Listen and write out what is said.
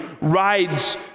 rides